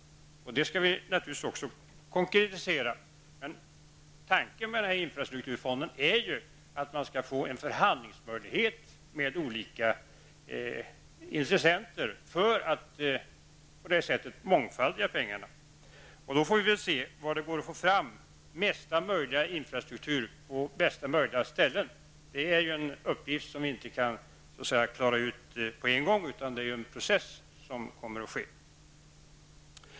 Det skall vi naturligtvis också konkretisera. Tanken med infrastrukturfonden är att man skall få en förhandlingsmöjlighet med olika intressenter för att på det sättet mångfaldiga pengarna. Då får vi se var det går att få fram mesta möjliga infrastruktur på bästa möjliga ställen. Det är en uppgift som vi inte kan klara ut på en gång. Det är en process.